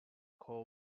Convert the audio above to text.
coal